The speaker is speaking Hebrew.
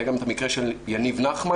היה גם את המקרה של יניב נחמן,